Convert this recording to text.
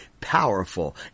powerful